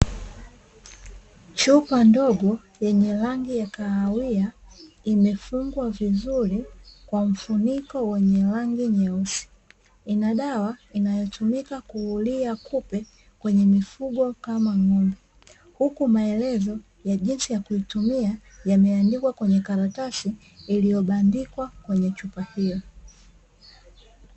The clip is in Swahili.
Chupa ndogo yenye rangi ya kahawia imefungwa vizuri kwa mfuniko wenye rangi nyeus, ina dawa inayotumika kuulia kupe kwenye mifugo kama ng’ombe. Huku maelezo ya jinsi ya kutumia yameandikwa kwenye karatasi iliyobandikwa kwenye chupa hiyo.